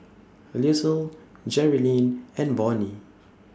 Little Jerilyn and Vonnie